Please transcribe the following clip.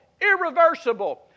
irreversible